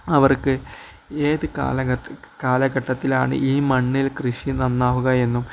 അവർക്ക് ഏത് കാലഘട്ടത്തിലാണ് ഈ മണ്ണിൽ കൃഷി നന്നാവുകയെന്നും